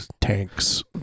tanks